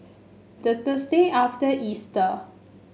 the Thursday after Easter